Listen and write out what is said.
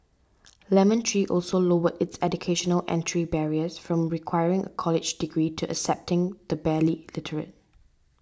Lemon Tree also lowered its educational entry barriers from requiring a college degree to accepting the barely literate